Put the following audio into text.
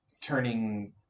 turning